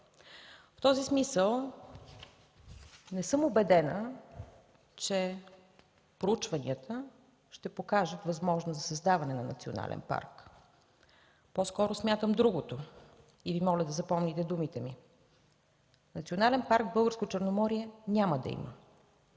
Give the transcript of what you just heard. В този смисъл не съм убедена, че проучванията ще покажат възможност за създаване на национален парк. По-скоро смятам другото и Ви моля да запомните думите ми. Национален парк „Българско Черноморие” няма да има.